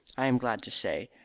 i am glad to say,